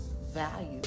value